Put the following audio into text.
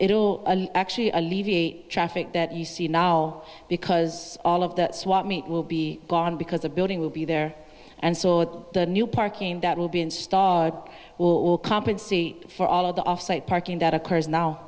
will actually alleviate traffic that you see now because all of the swap meet will be gone because the building will be there and so the new parking that will be installed will compensate for all of the offsite parking that occurs now